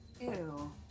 Ew